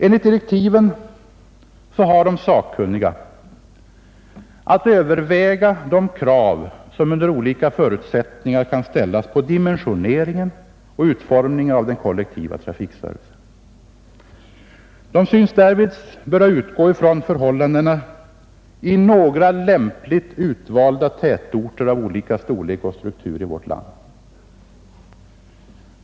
Enligt direktiven har de sakkunniga att överväga de krav som under olika förutsättningar kan ställas på dimensionering och utformning av den kollektiva trafiken. De synes därvid böra utgå från förhållandena i några lämpligt utvalda tätorter av olika storlek och struktur i vårt land.